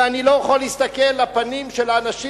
ואני לא יכול להסתכל בפנים של האנשים